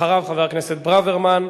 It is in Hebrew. אחריו, חבר הכנסת ברוורמן,